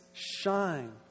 Shine